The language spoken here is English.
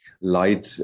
light